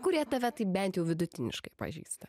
kurie tave taip bent jau vidutiniškai pažįsta